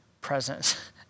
presence